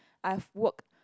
I've work